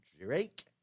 Drake